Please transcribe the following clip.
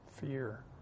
Fear